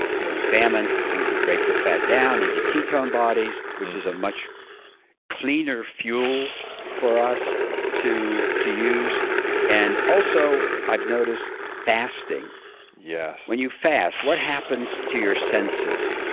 during famine we would break the fat down into ketone bodies, which is much cleaner fuel for us to to use and also, also, i've noticed fasting yes when you fast, what happens to your senses?